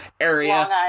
area